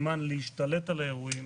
זמן להשתלט על האירועים,